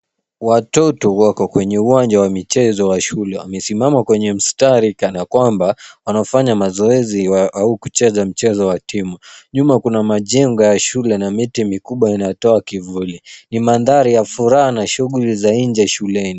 Watoto wako kwenye uwanja wa michezo wa shule. Wamesimama kwenye mstari kana kwamba wanafanya mazoezi au kucheza mchezo wa timu. Nyuma kuna majengo ya shule na miti mikubwa inatoa kivuli. Ni mandhari ya furaha na shuhguli za nje shuleni.